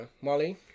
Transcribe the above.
Molly